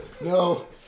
No